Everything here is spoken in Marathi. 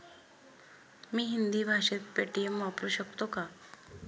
मी हिंदी भाषेत पेटीएम वापरू शकतो का?